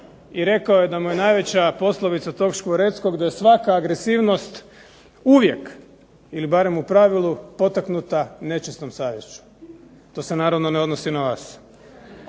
i rekao je da mu je najveća poslovica, tog Škvoreckog, da je svaka agresivnost uvijek ili barem u pravilu potaknuta nečistom savješću. To se naravno ne odnosi na nas.